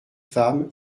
femme